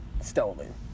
stolen